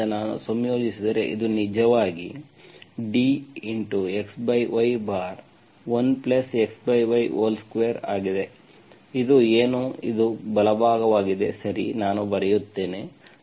ಆದ್ದರಿಂದ ನಾನು ಸಂಯೋಜಿಸಿದರೆ ಇದು ನಿಜವಾಗಿ dxy1xy2 ಆಗಿದೆ ಇದು ಏನು ಇದು ಬಲಭಾಗವಾಗಿದೆ ಸರಿ ನಾನು ಬರೆಯುತ್ತೇನೆ